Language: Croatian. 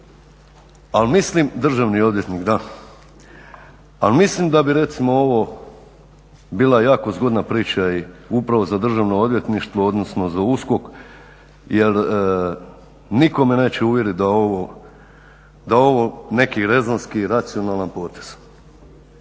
ne čuje./ … Državni odvjetnik, da. Ali mislim da bi recimo ovo bila jako zgodna priča i upravo za Državno odvjetništvo, odnosno za USKOK jer nitko me neće uvjeriti da je ovo neki rezonski racionalan potez.